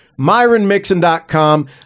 MyronMixon.com